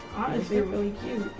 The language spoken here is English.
honestly, really cute.